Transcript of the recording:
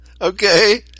Okay